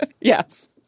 Yes